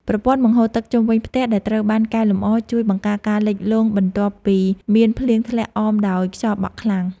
ប្រព័ន្ធបង្ហូរទឹកជុំវិញផ្ទះដែលត្រូវបានកែលម្អជួយបង្ការការលិចលង់បន្ទាប់ពីមានភ្លៀងធ្លាក់អមដោយខ្យល់បក់ខ្លាំង។